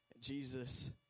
Jesus